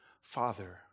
Father